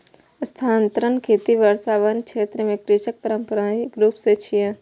स्थानांतरण खेती वर्षावन क्षेत्र मे कृषिक पारंपरिक रूप छियै